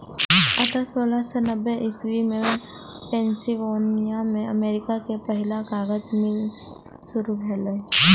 अंततः सोलह सय नब्बे इस्वी मे पेंसिलवेनिया मे अमेरिका के पहिल कागज मिल शुरू भेलै